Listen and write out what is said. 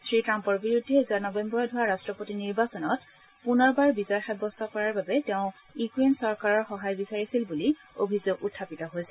শ্ৰীট্টাম্পৰ বিৰুদ্ধে যোৱা নবেম্বৰত হোৱা ৰাট্টপতি নিৰ্বাচনত পুনৰবাৰ বিজয় সাব্যস্ত কৰাৰ বাবে তেওঁ ইউক্ৰেন চৰকাৰৰ সহায় লৈছিল বুলি অভিযোগ উখাপিত হৈছে